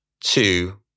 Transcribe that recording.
two